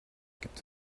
gibt